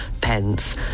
pence